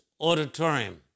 auditorium